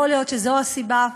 יכול להיות שזו הסיבה?